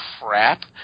crap